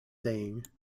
saying